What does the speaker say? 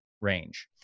range